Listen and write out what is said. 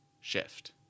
shift